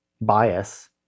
bias